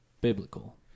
biblical